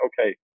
okay